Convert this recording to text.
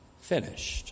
finished